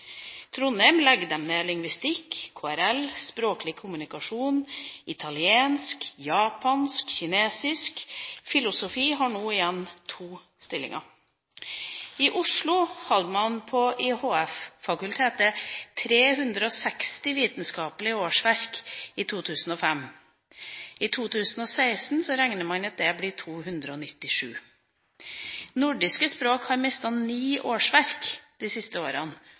Trondheim legger de ned lingvistikk, KRL, språklig kommunikasjon, italiensk, japansk og kinesisk. Filosofi har nå igjen to stillinger. I Oslo hadde man ved HF 360 vitenskapelige årsverk i 2005. I 2016 regner man at det blir 297. Nordiske språk har mistet ni årsverk de siste årene